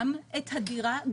גם את הדירה,